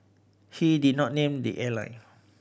he did not name the airline